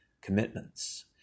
commitments